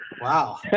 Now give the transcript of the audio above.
Wow